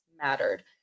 Mattered